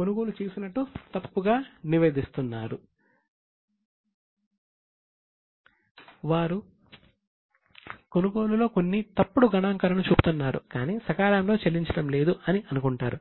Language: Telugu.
కొనుగోలు చేసినట్టు తప్పుగా నివేదిస్తున్నారు వారు కొనుగోలులో కొన్ని తప్పుడు గణాంకాలను చూపుతున్నారు కాని సకాలంలో చెల్లించడం లేదు అని అనుకుంటారు